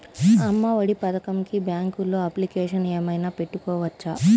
అమ్మ ఒడి పథకంకి బ్యాంకులో అప్లికేషన్ ఏమైనా పెట్టుకోవచ్చా?